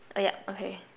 oh ya okay